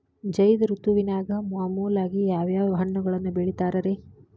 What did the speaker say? ಝೈದ್ ಋತುವಿನಾಗ ಮಾಮೂಲಾಗಿ ಯಾವ್ಯಾವ ಹಣ್ಣುಗಳನ್ನ ಬೆಳಿತಾರ ರೇ?